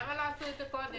למה לא עשו את זה קודם?